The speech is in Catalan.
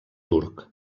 turc